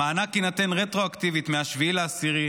המענק יינתן רטרואקטיבית מ-7 באוקטובר,